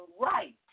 right